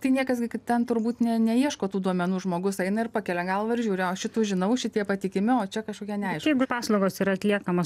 tai niekas gi ten turbūt ne neieško tų duomenų žmogus eina ir pakelia galvą ir žiauri o šitus žinau šitie patikimi o čia kažkokia neaiškūs bet jeigu paslaugos yra atliekamos